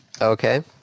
Okay